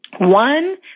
One